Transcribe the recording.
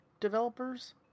developers